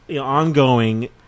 ongoing